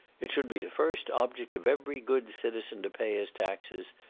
it should be the first object of every good citizen to pay his taxes,